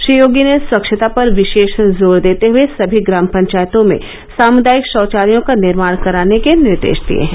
श्री योगी ने स्वच्छता पर विशेष जोर देते हुए सभी ग्राम पंचायतों में सामुदायिक शौचालयों का निर्माण कराने के निर्देश दिए हैं